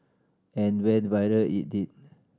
and went viral it did